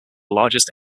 largest